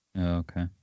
Okay